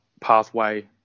pathway